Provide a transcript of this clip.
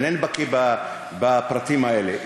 איני בקי בפרטים האלה.